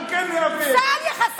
אנחנו כן ניאבק, צה"ל יחסל מחבלים.